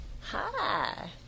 Hi